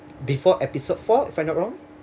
before episode four if I'm not wrong